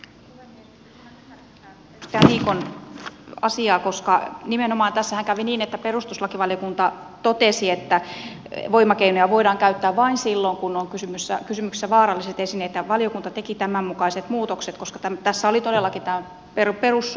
nyt en ihan ymmärrä tätä edustaja niikon asiaa koska nimenomaan tässähän kävi niin että perustuslakivaliokunta totesi että voimakeinoja voidaan käyttää vain silloin kun on kysymyksessä vaaralliset esineet ja valiokunta teki tämän mukaiset muutokset koska tässä oli todellakin tämä perusoikeusongelma